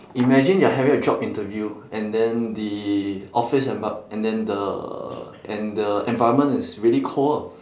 imagine you're having a job interview and then the office and b~ and then the and the environment is really cold ah